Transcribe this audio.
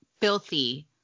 filthy